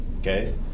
okay